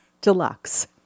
deluxe